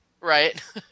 right